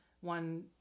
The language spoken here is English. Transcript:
One